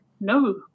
no